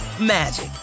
magic